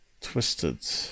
twisted